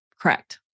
Correct